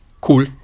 cool